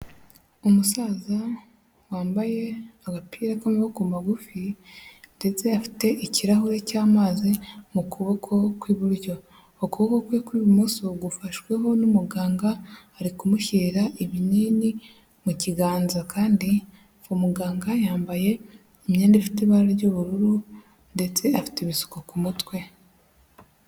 Umusaza wambaye agapira k'amaboko magufi ndetse afite ikirahure cy'amazi mu kuboko kw'iburyo, ukuboko kwe kw'ibumoso gufashweho n'umuganga, ari kumushyirira ibinini mu kiganza kandi umuganga yambaye imyenda ifite ibara ry'ubururu ndetse afite ibisuko ku mutwe.